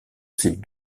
ces